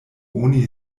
oni